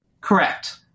Correct